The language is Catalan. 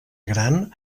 gran